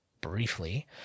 briefly